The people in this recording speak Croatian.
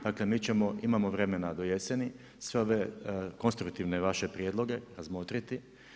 Dakle mi ćemo, imamo vremena do jeseni, sve ove konstruktivne vaše prijedloge razmotriti.